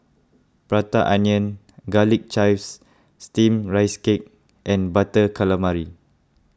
Prata Onion Garlic Chives Steamed Rice Cake and Butter Calamari